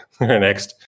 Next